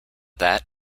that